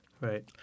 Right